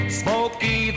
smoky